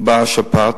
שבאה השפעת.